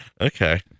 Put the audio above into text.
Okay